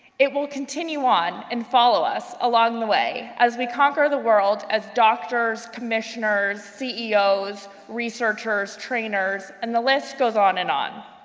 it will continue on and follow us along as the way, as we conquer the world as doctors, commissioners, ceos, researchers, trainers and the list goes on and on.